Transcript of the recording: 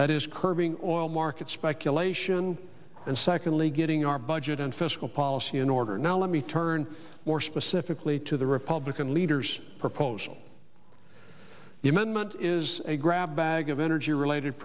that is curbing oil market speculation and secondly getting our budget and fiscal policy in order now let me turn more specifically to the republican leader's proposal the amendment is a grab bag of energy related